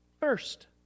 first